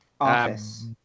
Office